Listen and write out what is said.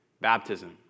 Baptism